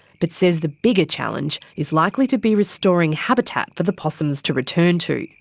but says the bigger challenge is likely to be restoring habitat for the possums to return to.